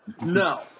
No